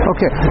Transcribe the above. Okay